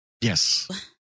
Yes